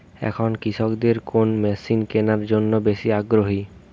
এখন কৃষকদের কোন মেশিন কেনার জন্য বেশি আগ্রহী?